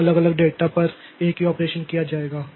तो अलग अलग डेटा पर एक ही ऑपरेशन किया जाएगा